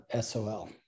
SOL